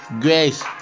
grace